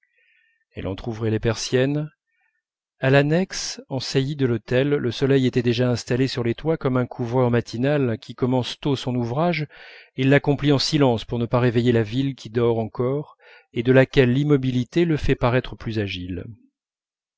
elle entr'ouvrait les persiennes à l'annexe en saillie de l'hôtel le soleil était déjà installé sur les toits comme un couvreur matinal qui commence tôt son ouvrage et l'accomplit en silence pour ne pas réveiller la ville qui dort encore et de laquelle l'immobilité le fait paraître plus agile